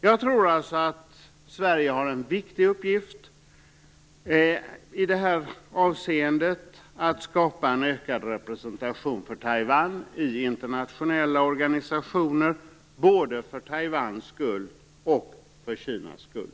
Jag tror att Sverige har en viktig uppgift när det gäller att skapa en ökad representation för Taiwan i internationella organisationer, både för Taiwans och för Kinas skull.